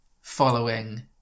following